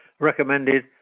recommended